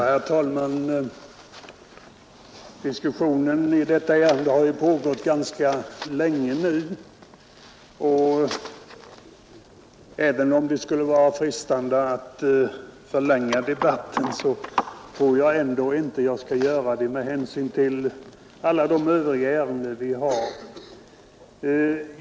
Herr talman! Diskussionen i detta ärende har ju pågått ganska länge nu, och även om det skulle vara frestande att förlänga debatten, tror jag ändå inte att jag skall göra det med hänsyn till alla de övriga ärenden vi har att behandla.